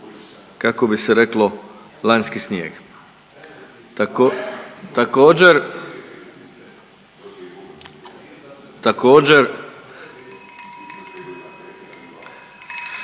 kako bi se reklo, lanjski snijeg. Također, također,